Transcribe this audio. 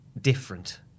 different